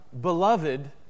beloved